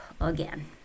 again